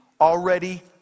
already